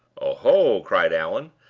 oho! cried allan,